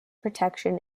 protection